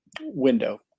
window